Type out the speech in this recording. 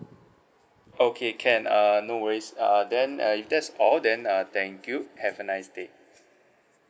okay can uh no worries uh then uh if that's all then uh thank you have a nice day